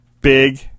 big